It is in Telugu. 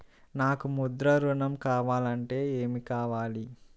నాకు ముద్ర ఋణం కావాలంటే ఏమి కావాలి?